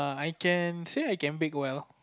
I can say I can bake well